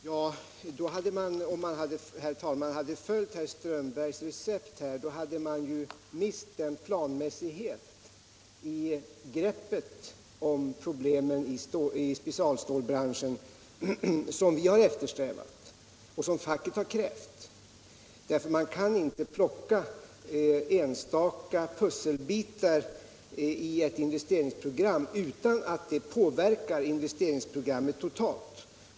Herr talman! Om man hade följt herr Strömbergs i Vretstorp recept hade man mist den planmässighet i greppet om problemen i specialstålbranschen som vi har eftersträvat och som facket har krävt. Man kan nämligen inte plocka enstaka pusselbitar ur ett investeringsprogram utan att det påverkar investeringsprogrammet totalt.